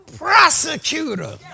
prosecutor